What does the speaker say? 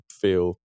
feel